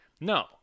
No